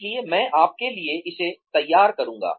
इसलिए मैं आपके लिए इसे तैयार करूँगा